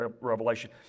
revelation